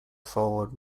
forward